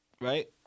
Right